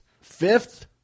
Fifth